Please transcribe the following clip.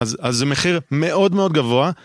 אז זה מחיר מאוד מאוד גבוה.